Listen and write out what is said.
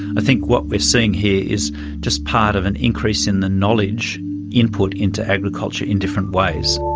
i think what we are seeing here is just part of an increase in the knowledge input into agriculture in different ways.